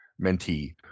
mentee